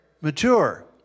Mature